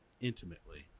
intimately